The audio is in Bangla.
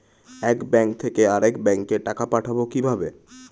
এক ব্যাংক থেকে আরেক ব্যাংকে টাকা পাঠাবো কিভাবে?